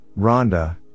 Rhonda